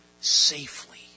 safely